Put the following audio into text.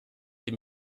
dem